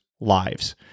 lives